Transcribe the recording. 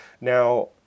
Now